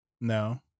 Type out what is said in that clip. No